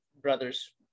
brothers